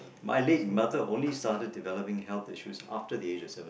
my late mother only started developing health issues after the age of seven